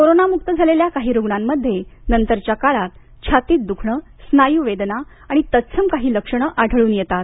corona मुक्त झालेल्या काही रुग्णांमध्ये नंतरच्या काळात छातीत दुखणे स्नायू वेदना आणि तत्सम काही लक्षणे आढळून येतात